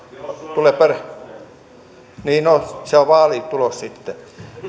tulee niin no se on vaalitulos sitten